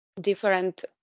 different